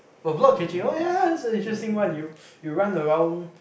oh block catching oh yeah yeah that's a interesting one you you run around